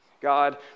God